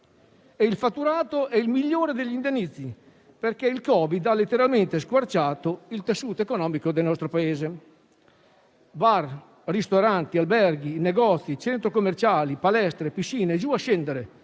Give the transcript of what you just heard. e il fatturato è il migliore degli indennizzi perché il Covid ha letteralmente squarciato il tessuto economico del nostro Paese. Bar, ristoranti, alberghi, negozi, centri commerciali, palestre, piscine e giù a scendere;